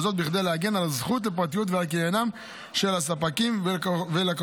וזאת בכדי להגן על הזכות לפרטיות ועל קניינם של הספקים ולקוחותיהם.